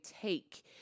take